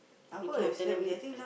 looking after them